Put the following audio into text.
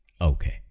Okay